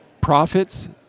profits